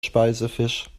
speisefisch